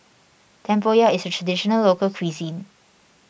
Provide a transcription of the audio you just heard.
Tempoyak is a Traditional Local Cuisine